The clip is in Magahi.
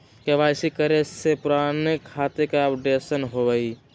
के.वाई.सी करें से पुराने खाता के अपडेशन होवेई?